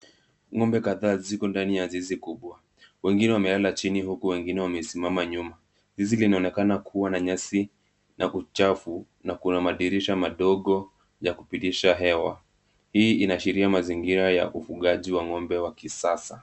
Ng'ombe kadhaa ziko ndani ya zizi kubwa. Wengine wamelala chini huku wengine wamesimama nyuma. Zizi linaonekana kuwa na nyasi na uchafu na kuna madirisha madogo ya kupitisha hewa. Hii inaashiria mazingira ya ufugaji wa ng'ombe wa kisasa.